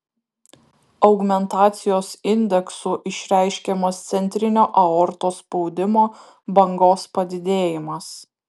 augmentacijos indeksu išreiškiamas centrinio aortos spaudimo bangos padidėjimas